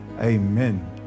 Amen